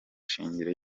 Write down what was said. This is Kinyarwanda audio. shingiro